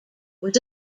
was